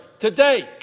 today